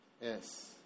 Yes